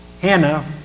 Hannah